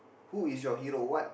who is your hero what